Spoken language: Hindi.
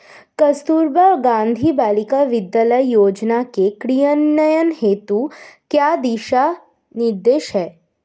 कस्तूरबा गांधी बालिका विद्यालय योजना के क्रियान्वयन हेतु क्या दिशा निर्देश हैं?